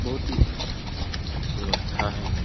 बहुत ही अच्छा व्यवस्था है